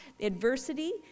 adversity